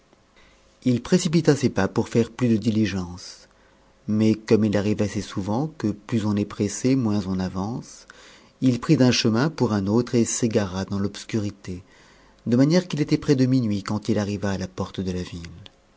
compagnie précipita ses pas pour faire plus de diligence mais comme il arrive assez souvent que plus on est pressé moins on avance il prit chemin pour un autre et s'égara dans l'obscurité de manière qu'il était près de minuit quand il arriva à la porte de la ville